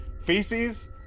feces